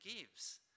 gives